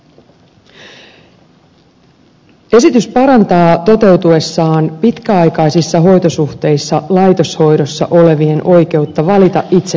esitys parantaa toteutuessaan pitkäaikaisissa hoitosuhteissa laitoshoidossa olevien oikeutta valita itse kotikuntansa